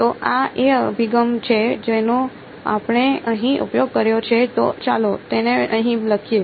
તો આ એ અભિગમ છે જેનો આપણે અહીં ઉપયોગ કર્યો છે તો ચાલો તેને અહીં લખીએ